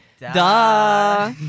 Duh